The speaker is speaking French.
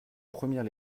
première